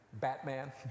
Batman